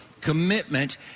commitment